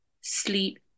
sleep